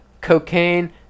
Cocaine